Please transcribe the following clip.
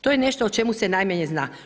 To je nešto o čemu se najmanje zna.